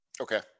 Okay